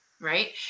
right